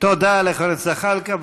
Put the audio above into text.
תודה לחבר הכנסת זחאלקה.